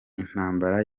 intambara